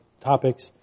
topics